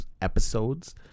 episodes